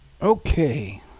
Okay